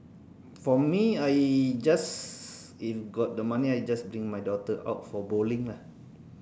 for me I just if got the money I just bring my daughter out for bowling lah